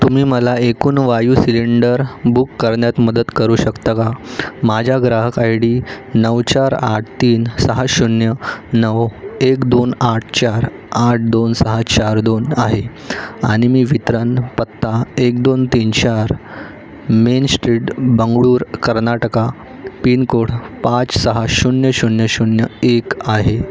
तुम्ही मला एकूूण वायू सिलेिंडर बुक करण्याचा मदत करू शकता का माझ्या ग्राहक आय डी नऊ चार आठ तीन सहा शून्य नऊ एक दोन आठ चार आठ दोन सहा चार दोन आहे आणि मी वितरण पत्ता एक दोन तीन चार main street Bengaluru Karnataka pin code पाच सहा शून्य शून्य शून्य एक आहे